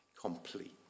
complete